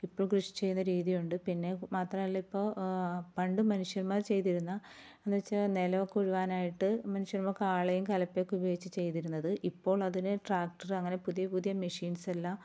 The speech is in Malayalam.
ഇപ്പോൾ കൃഷി ചെയ്യുന്ന രീതിയുണ്ട് പിന്നെ മാത്രമല്ല ഇപ്പോൾ പണ്ട് മനുഷ്യന്മാർ ചെയ്തിരുന്ന എന്നു വച്ചാൽ നിലമൊക്കെ ഉഴുവാനായിട്ട് മനുഷ്യന്മാർ കാളയും കലപ്പയൊക്കെ ഉപയോഗിച്ച് ചെയ്തിരുന്നത് ഇപ്പോഴതിന് ട്രാക്റ്ററ് അങ്ങനെ പുതിയ പുതിയ മെഷീൻസെല്ലാം